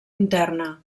interna